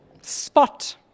spot